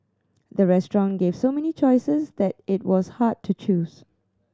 the restaurant gave so many choices that it was hard to choose